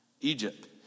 Egypt